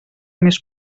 més